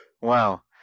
Wow